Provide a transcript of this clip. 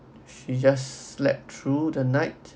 she just slept through the night